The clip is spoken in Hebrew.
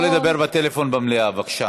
לא לדבר בטלפון במליאה, בבקשה.